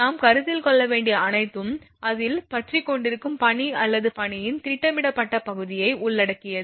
நாம் கருத்தில் கொள்ள வேண்டிய அனைத்தும் அதில் பற்றிக்கொண்டிருக்கும் பனி அல்லது பனியின் திட்டமிடப்பட்ட பகுதியை உள்ளடக்கியது